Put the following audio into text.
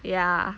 ya